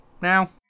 now